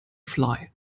fly